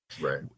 right